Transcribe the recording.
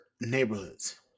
neighborhoods